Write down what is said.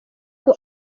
ngo